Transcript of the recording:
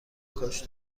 کاش